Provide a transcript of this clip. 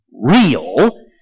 real